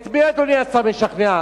את מי אדוני השר משכנע?